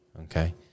okay